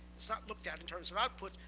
it's not looked at in terms of output,